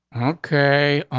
okay?